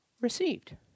received